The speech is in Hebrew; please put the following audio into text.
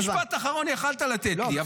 משפט אחרון יכולת לתת לי,